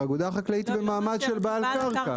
האגודה החקלאית היא במעמד של בעל קרקע.